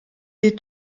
est